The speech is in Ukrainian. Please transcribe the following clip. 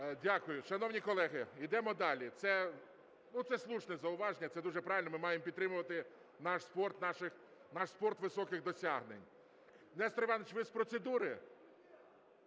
Дякую. Шановні колеги, йдемо далі. Це, ну, це слушне зауваження, це дуже правильно, ми маємо підтримувати наш спорт, наших... наш спорт високих досягнень. Нестор Іванович, ви з процедури?